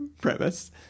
premise